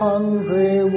Hungry